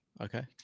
Okay